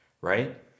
Right